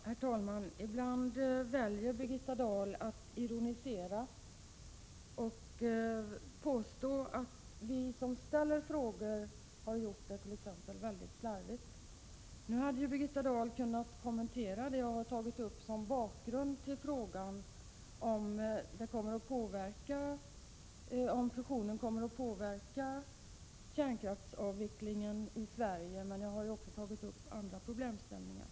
Herr talman! Ibland väljer Birgitta Dahl att ironisera och exempelvis påstå att vi som ställer frågor har gjort det mycket slarvigt. Birgitta Dahl hade kunnat kommentera det som jag har tagit upp som bakgrund till frågan om fusionen kommer att påverka kärnkraftsavvecklingen i Sverige. Men jag har också tagit upp andra problemställningar.